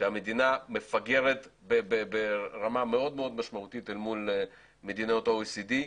שהמדינה מפגרת ברמה מאוד מאוד משמעותית אל מול מדינות ה-OECD.